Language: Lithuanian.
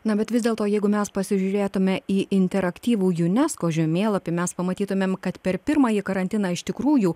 na bet vis dėlto jeigu mes pasižiūrėtume į interaktyvų unesco žemėlapį mes pamatytumėm kad per pirmąjį karantiną iš tikrųjų